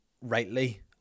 rightly